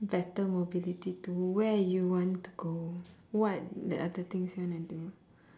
better mobility to where you want to go what the other things you want to do